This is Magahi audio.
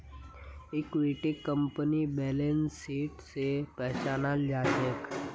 इक्विटीक कंपनीर बैलेंस शीट स पहचानाल जा छेक